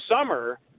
summer